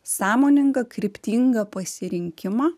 sąmoningą kryptingą pasirinkimą